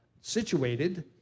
situated